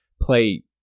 play